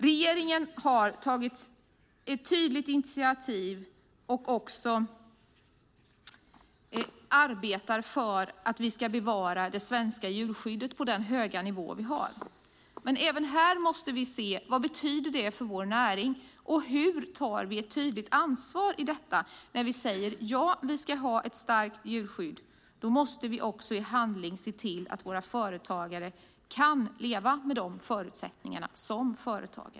Regeringen har tagit ett tydligt initiativ och arbetar för att vi ska bevara det svenska djurskyddet på den höga nivå det har. Även här måste vi se vad det betyder för vår näring och hur vi tar ett tydligt ansvar när vi säger att ja, vi ska ha ett starkt djurskydd. Då måste vi i handling se till att våra företagare kan leva med de förutsättningarna.